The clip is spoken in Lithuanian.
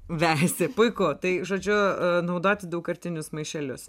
vejasi puiku tai žodžiu naudoti daugkartinius maišelius